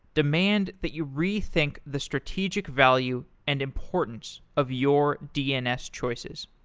demand that you rethink the strategic value and importance of your dns choices.